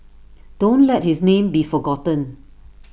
don't let his name be forgotten